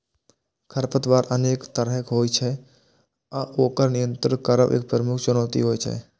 खरपतवार अनेक तरहक होइ छै आ ओकर नियंत्रित करब एक प्रमुख चुनौती होइ छै